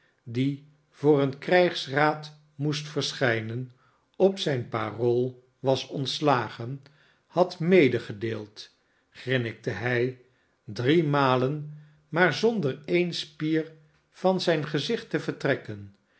die voor een krijgsraad moest verschijnen op zijn parool was ontslagen had medegedeeld grinnikte hij drie malen maar zonder dene spier van zijn gezicht te vertrekken